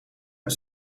een